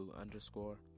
underscore